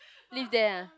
live there ah